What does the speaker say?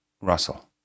Russell